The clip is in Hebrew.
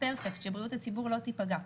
פרפקט - שבריאות הציבור לא תיפגע.